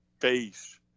face